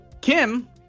Kim